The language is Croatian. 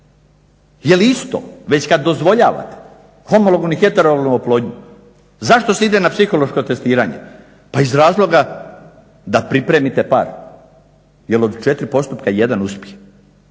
Je li isto? Već kad dozvoljavate homolognu i heterolognu oplodnju zašto se ide na psihološko testiranje? Pa iz razloga da pripremite par. Jer od 4 postupka 1 uspije,